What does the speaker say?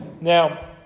Now